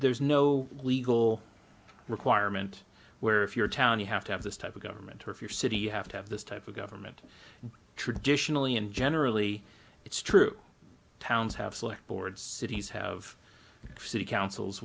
there's no legal requirement where if you're a town you have to have this type of government turf your city you have to have this type of government traditionally and generally it's true towns have select boards cities have city council